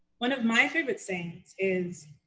one of my favorite things is,